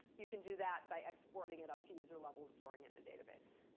you can do that by exporting it up to user level and storing it in a database.